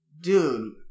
dude